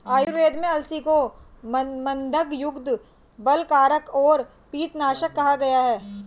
आयुर्वेद में अलसी को मन्दगंधयुक्त, बलकारक और पित्तनाशक कहा गया है